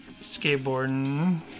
skateboarding